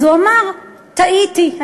אז הוא אמר: טעיתי,